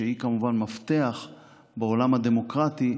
שהיא כמובן מפתח בעולם הדמוקרטי,